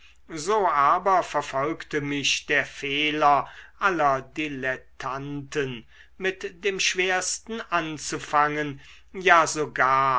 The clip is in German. so aber verfolgte mich der fehler aller dilettanten mit dem schwersten anzufangen ja sogar